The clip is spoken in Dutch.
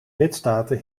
lidstaten